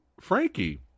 Frankie